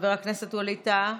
חבר הכנסת ווליד טאהא,